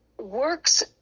works